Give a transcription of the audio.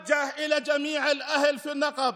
פונה לכל אנשי הנגב: